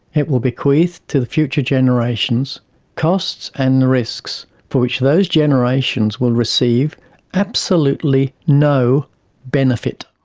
it will bequeath to the future generations costs and risks for which those generations will receive absolutely no benefit.